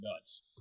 nuts